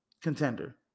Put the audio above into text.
contender